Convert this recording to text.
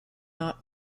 not